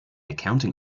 accounting